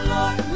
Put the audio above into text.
Lord